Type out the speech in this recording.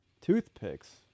toothpicks